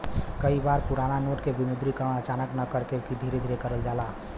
कई बार पुराना नोट क विमुद्रीकरण अचानक न करके धीरे धीरे करल जाला